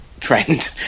trend